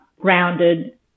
grounded